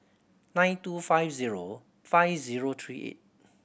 nine two five zero five zero three eight